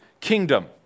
kingdom